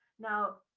now,